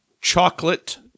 Chocolate